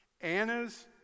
Anna's